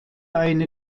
eine